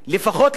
לפי דעתי,